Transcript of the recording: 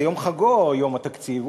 זה יום חגו יום התקציב,